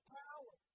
power